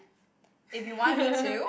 if you want me to